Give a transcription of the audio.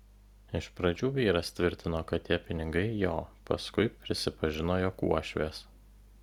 iš pradžių vyras tvirtino kad tie pinigai jo paskui prisipažino jog uošvės